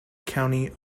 county